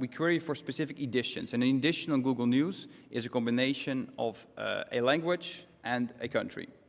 we query for specific editions. and an edition on google news is a combination of a language and a country.